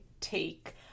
take